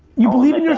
you believe in you know